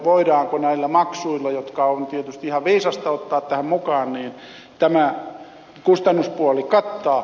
voidaanko näillä maksuilla jotka on tietysti ihan viisasta ottaa tähän mukaan tämä kustannuspuoli kattaa